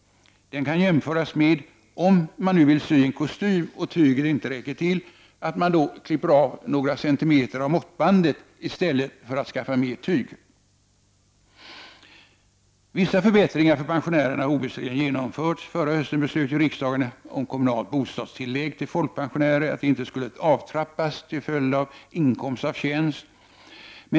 Den kan jämföras med att om man vill sy en ny kostym och tyget inte räcker till, man då klipper av några centimeter från måttbandet i stället för att skaffa mer tyg. Vissa förbättringar för pensionärerna har genomförts. Förra hösten beslöt riksdagen att kommunalt bostadstillägg till folkpensionärer inte skulle avtrappas till följd av inkomst av tjänst.